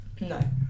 No